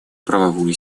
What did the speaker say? правовую